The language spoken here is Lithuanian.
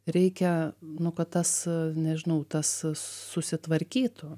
reikia nu kad tas nežinau tas susitvarkytų